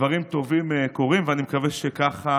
דברים טובים קורים, ואני מקווה שככה